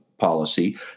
Policy